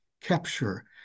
capture